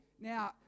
Now